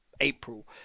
April